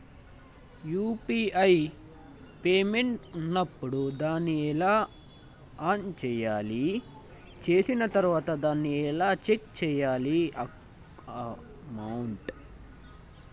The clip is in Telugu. యూ.పీ.ఐ పేమెంట్ ఉన్నప్పుడు దాన్ని ఎలా ఆన్ చేయాలి? చేసిన తర్వాత దాన్ని ఎలా చెక్ చేయాలి అమౌంట్?